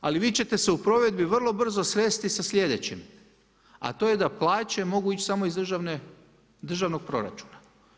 Ali vi ćete se u provedbi vrlo brzo sresti sa sljedećim, a to je da plaće mogu ići samo iz državnog proračuna.